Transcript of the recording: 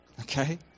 Okay